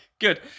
Good